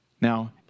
Now